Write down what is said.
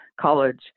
college